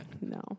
No